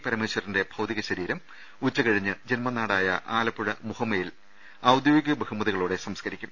പരമേശ്വരന്റെ ഭൌതിക ശരീരം ഉച്ച കഴിഞ്ഞ് ജന്മനാടായ ആലപ്പുഴ മുഹമ്മയിൽ ഔദ്യോഗിക ബഹുമ തികളോടെ സംസ്കരിക്കും